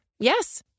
Yes